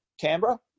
Canberra